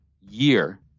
year